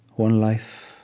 one life